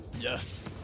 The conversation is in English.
Yes